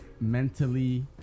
mentally